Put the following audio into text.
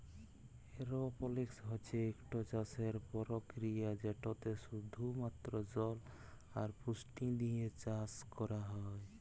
এরওপলিক্স হছে ইকট চাষের পরকিরিয়া যেটতে শুধুমাত্র জল আর পুষ্টি দিঁয়ে চাষ ক্যরা হ্যয়